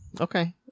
okay